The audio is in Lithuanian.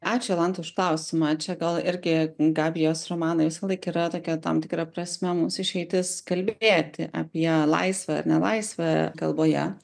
ačiū jolanta už klausimą čia gal irgi gabijos romanai visąlaik yra tokia tam tikra prasme mums išeitis kalbėti apie laisvę ar nelaisvę kalboje